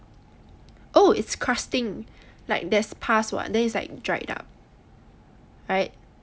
oh it's crusting like there's pus [what] then it's like dried up right